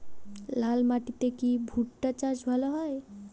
লাল মাটিতে কি ভুট্টা চাষ ভালো হয়?